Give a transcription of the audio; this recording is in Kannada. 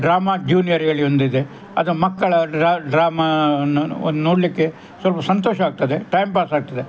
ಡ್ರಾಮಾ ಜ್ಯುನಿಯರ್ ಹೇಳಿ ಒಂದು ಇದೆ ಅದು ಮಕ್ಕಳ ಡ್ರಾಮಾವನ್ನು ನೋಡಲಿಕ್ಕೆ ಸ್ವಲ್ಪ ಸಂತೋಷವಾಗ್ತದೆ ಟೈಮ್ ಪಾಸ್ ಆಗ್ತದೆ